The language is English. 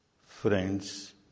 Friends